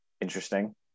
interesting